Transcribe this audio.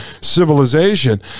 civilization